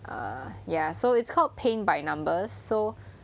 err ya so it's called paint by numbers so